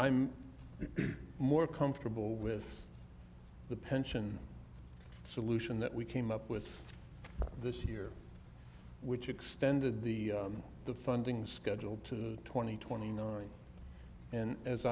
i'm more comfortable with the pension solution that we came up with this year which extended the funding schedule to twenty twenty nine and as